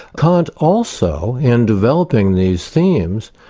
kant also in developing these themes,